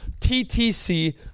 TTC